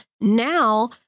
now